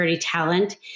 Talent